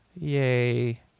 Yay